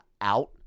out